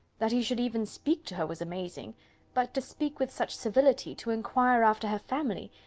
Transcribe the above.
that he should even speak to her was amazing but to speak with such civility, to inquire after her family!